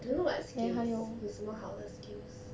don't know what skills 有什么好的 skills